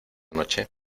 noche